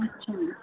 अच्छा